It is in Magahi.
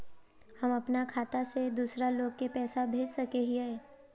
हम अपना खाता से दूसरा लोग के पैसा भेज सके हिये?